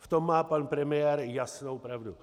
V tom má pan premiér jasnou pravdu.